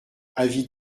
avis